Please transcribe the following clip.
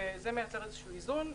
וזה מייצר איזשהו איזון.